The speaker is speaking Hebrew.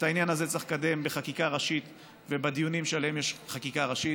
את העניין הזה צריך לקדם בחקיקה ראשית ובדיונים שעליהם יש חקיקה ראשית.